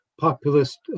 populist